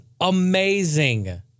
amazing